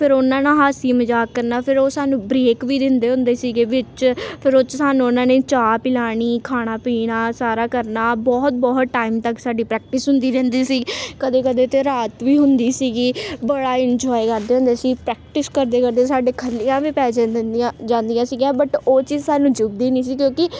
ਫਿਰ ਉਹਨਾਂ ਨਾਲ ਹਾਸਾ ਮਜ਼ਾਕ ਕਰਨਾ ਫਿਰ ਉਹ ਸਾਨੂੰ ਬਰੇਕ ਵੀ ਦਿੰਦੇ ਹੁੰਦੇ ਸੀਗੇ ਵਿੱਚ ਫਿਰ ਉਹ 'ਚ ਸਾਨੂੰ ਉਹਨਾਂ ਨੇ ਚਾਹ ਪਿਲਾਉਣੀ ਖਾਣਾ ਪੀਣਾ ਸਾਰਾ ਕਰਨਾ ਬਹੁਤ ਬਹੁਤ ਟਾਈਮ ਤੱਕ ਸਾਡੀ ਪ੍ਰੈਕਟਿਸ ਹੁੰਦੀ ਰਹਿੰਦੀ ਸੀ ਕਦੇ ਕਦੇ ਤਾਂ ਰਾਤ ਵੀ ਹੁੰਦੀ ਸੀਗੀ ਬੜਾ ਇੰਜੋਏ ਕਰਦੇ ਹੁੰਦੇ ਸੀ ਪ੍ਰੈਕਟਿਸ ਕਰਦੇ ਕਰਦੇ ਸਾਡੇ ਖੱਲੀਆਂ ਵੀ ਪੈ ਜਾਂਦੀਆਂ ਸੀਗੀਆਂ ਬਟ ਉਹ ਚੀਜ਼ ਸਾਨੂੰ ਚੁਭਦੀ ਨਹੀਂ ਸੀ ਕਿਉਂਕਿ